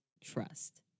trust